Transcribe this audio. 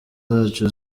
zacu